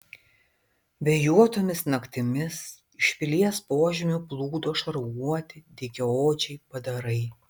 vėjuotomis naktimis iš pilies požemių plūdo šarvuoti dygiaodžiai padarai